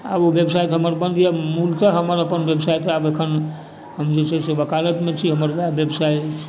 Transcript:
आब ओ व्यवसाय तऽ हमर बन्द यऽ मूलतः हमर अपन व्यवसाय तऽ आब एखन हम जे छै से वकालतमे छी हमर वएह व्यवसाय अछि